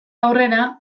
aurrera